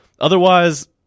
otherwise